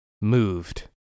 moved